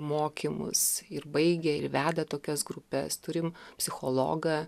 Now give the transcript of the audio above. mokymus ir baigia ir veda tokias grupes turim psichologą